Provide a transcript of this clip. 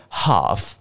half